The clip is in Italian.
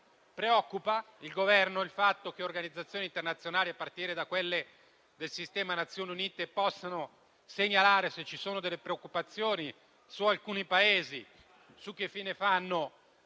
preoccupa il Governo il fatto che organizzazioni internazionali, a partire da quelle del sistema delle Nazioni Unite, possono segnalare se ci sono preoccupazioni su alcuni Paesi, sulla fine che fanno